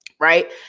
right